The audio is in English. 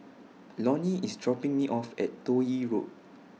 Loni IS dropping Me off At Toh Yi Road